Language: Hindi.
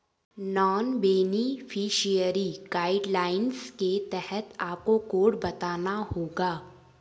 नॉन बेनिफिशियरी गाइडलाइंस के तहत आपको कोड बताना होगा